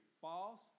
false